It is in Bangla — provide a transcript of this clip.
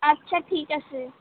আচ্ছা ঠিক আছে